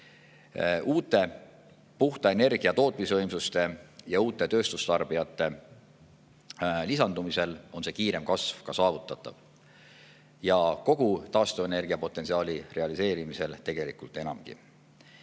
Uute puhta energia tootmisvõimsuste ja uute tööstustarbijate lisandumisel on see kiirem kasv ka saavutatav. Ja kogu taastuvenergia potentsiaali realiseerimisel tegelikult enamgi.